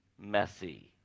messy